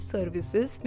Services